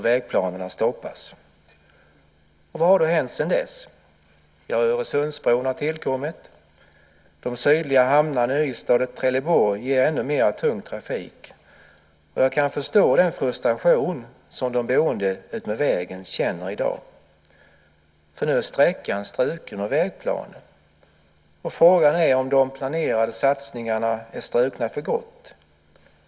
Vägplanerna stoppades. Vad har då hänt sedan dess? Öresundsbron har tillkommit. De sydliga hamnarna Ystad och Trelleborg ger ännu mer tung trafik. Jag kan förstå den frustration som de boende utmed vägen känner i dag. Nu är sträckan struken ur vägplanen. Frågan är om de planerade satsningarna är strukna för gott.